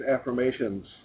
affirmations